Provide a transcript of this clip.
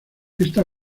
esta